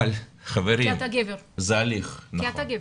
אבל חברים, זה הליך, כי אתה גבר.